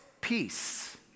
peace